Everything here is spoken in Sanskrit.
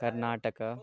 कर्नाटक